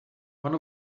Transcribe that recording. one